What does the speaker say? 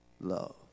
love